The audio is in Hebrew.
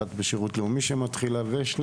ילדה אחת שמתחילה בשירות לאומי ואת שני